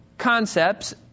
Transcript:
Concepts